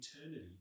eternity